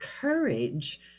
courage